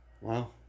wow